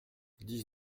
dix